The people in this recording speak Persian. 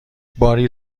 باری